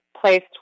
placed